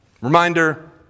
Reminder